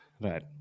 Right